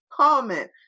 comment